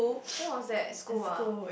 when was that school ah